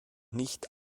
nicht